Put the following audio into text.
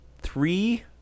three